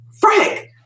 Frank